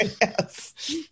Yes